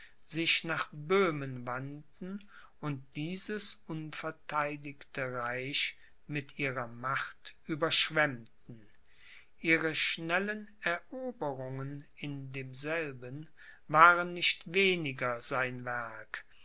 sich nach böhmen wandten und dieses unvertheidigte reich mit ihrer macht überschwemmten ihre schnellen eroberungen in demselben waren nicht weniger sein werk